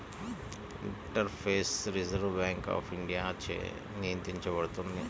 interface reserve bank of ఇండియాచే నియంత్రించబడుతుంది